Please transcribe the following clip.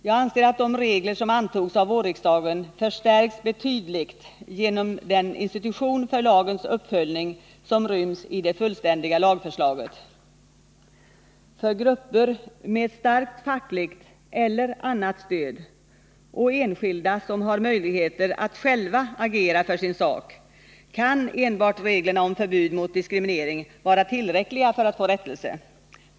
Jag anser att de regler som antogs av riksdagen under vårsessionen förstärks betydligt genom den institution för lagens uppföljning som ryms i det fullständiga lagförslaget. För grupper med starkt fackligt eller annat stöd och enskilda som har möjligheter att själva agera för sin sak kan enbart reglerna om förbud mot diskriminering vara tillräckliga för att få rättelse.